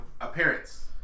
Appearance